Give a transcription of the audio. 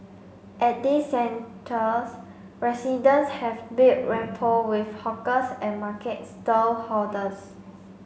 at these centres residents have built rapport with hawkers and market stallholders